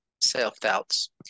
self-doubts